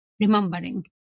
remembering